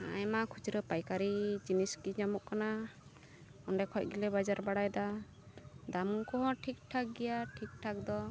ᱟᱭᱢᱟ ᱠᱷᱩᱪᱨᱟᱹ ᱯᱟᱭᱠᱟᱨᱤ ᱡᱤᱱᱤᱥᱜᱤ ᱧᱟᱢᱚᱜ ᱠᱟᱱᱟ ᱚᱸᱰᱮ ᱠᱷᱚᱡᱜᱮ ᱞᱮ ᱵᱟᱡᱟᱨ ᱵᱟᱲᱟᱭᱫᱟ ᱫᱟᱢᱠᱚ ᱦᱚᱸ ᱴᱷᱤᱠᱴᱷᱟᱠ ᱜᱮᱭᱟ ᱴᱷᱤᱠᱴᱷᱟᱠ ᱫᱚ